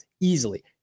easily